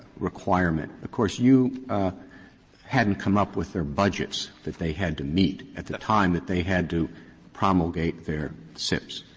requirement, of course you hadn't come up with their budgets that they had to meet at the time that they had to promulgate their sips.